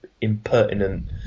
impertinent